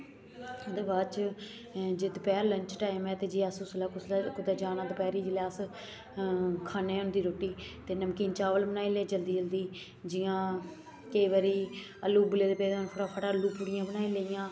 ओह्दे बाद च जे दपैह्र लंच टाइम ऐ ते जे अस उसलै कुतै जाना दपैह्री जेल्लै अस खानी होंदी रुट्टी ते नमकीन चावल बनाई ले जल्दी जल्दी जि'यां केईं बारी आलू उबले दे पेदे होन तां फटाफट आलू पूड़ियां बनाई लेइयां